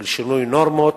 של שינוי נורמות,